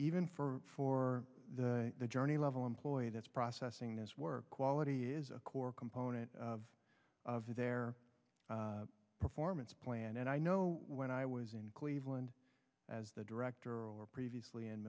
even for for the journey level employee that's processing this work quality is a core component of their performance plan and i know when i was in cleveland as the director or previously in